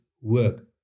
work